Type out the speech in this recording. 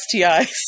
STIs